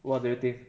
what do you think